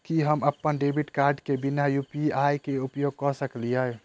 की हम अप्पन debit card केँ बिना यु.पी.आई केँ उपयोग करऽ सकलिये?